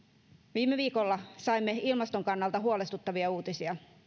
viime viikolla saimme ilmaston kannalta huolestuttavia uutisia